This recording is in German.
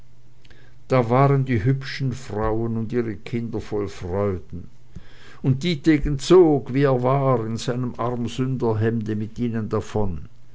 da waren die hübschen frauen und ihre kinder voll freuden und dietegen zog wie er war in seinem armsünderhemde mit ihnen davon